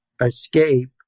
Escape